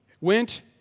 went